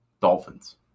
Dolphins